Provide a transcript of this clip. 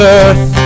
earth